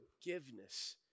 forgiveness